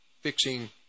fixing